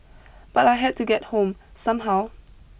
but I had to get home somehow